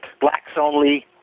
blacks-only